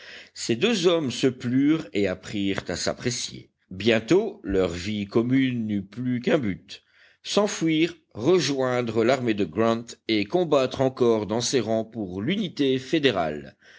ces deux hommes se plurent et apprirent à s'apprécier bientôt leur vie commune n'eut plus qu'un but s'enfuir rejoindre l'armée de grant et combattre encore dans ses rangs pour l'unité fédérale